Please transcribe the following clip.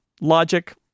Logic